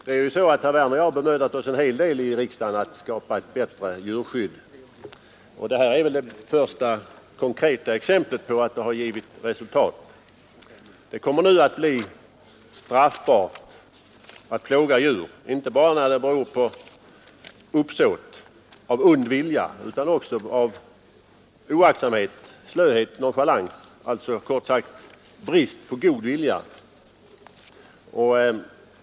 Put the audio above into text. Herr Werner och jag har bemödat oss en hel del i riksdagen att skapa ett bättre djurskydd, och detta är väl det första konkreta exemplet på att det arbetet har givit resultat. Det kommer nu att bli straffbart att plåga djur inte bara när det beror på uppsåt eller ond vilja utan också när det beror på oaktsamhet, slöhet, nonchalans kort sagt brist på god vilja.